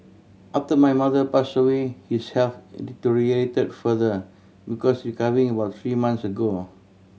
after my mother passed away his health deteriorated further because recovering about three months ago